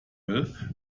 will